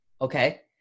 Okay